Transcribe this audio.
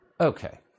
Okay